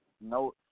No